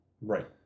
Right